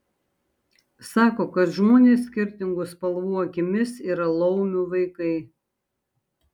sako kad žmonės skirtingų spalvų akimis yra laumių vaikai